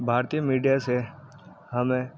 بھارتیہ media سے ہمیں